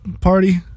party